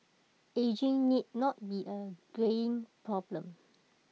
ageing need not be A greying problem